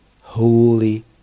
holy